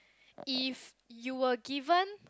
if you were given